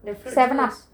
the seven up